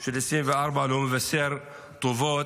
של 2024 לא מבשר טובות.